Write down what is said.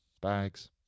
bags